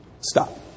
Stop